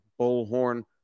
Bullhorn